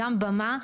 גם במה,